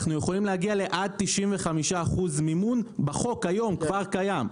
אנחנו יכולים להגיע לעד 95% מימון בחוק היום כבר קיים.